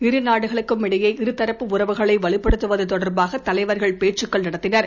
இரு நாடுகளுக்குமிடையே இரு தரப்பு உறவுகளை வலுப்படுத்துவது தொடர்பாக தலைவர்கள் பேச்சுக்கள் நடத்தினர்